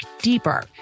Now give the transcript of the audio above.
deeper